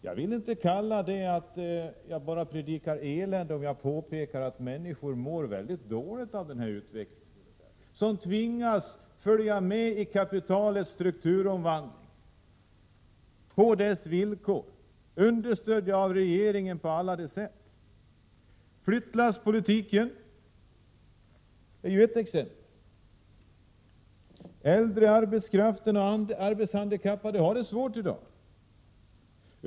Jag vill inte kalla det att jag predikar elände då jag påpekar att människor mår mycket dåligt av den här utvecklingen, när de tvingas följa med i kapitalets strukturutveckling, på dess villkor — understödda av regeringen på alla sätt. Flyttlasspolitiken är ett exempel. Äldre arbetskraft och arbetshandikappade har det svårt i dag.